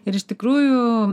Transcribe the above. ir iš tikrųjų